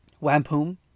Wampum